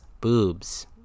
boobs